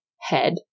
head